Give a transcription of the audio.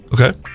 Okay